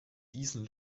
diesen